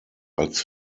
als